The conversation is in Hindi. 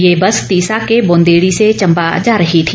ये बस तीसा के बोंदेड़ी से चंबा जा रही थी